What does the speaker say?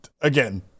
Again